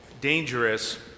dangerous